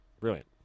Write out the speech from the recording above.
Brilliant